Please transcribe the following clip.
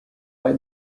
lie